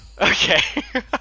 Okay